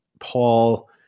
Paul